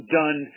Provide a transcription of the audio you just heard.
done